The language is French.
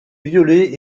violées